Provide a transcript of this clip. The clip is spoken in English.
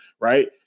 right